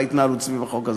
בהתנהלות סביב החוק הזה.